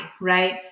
Right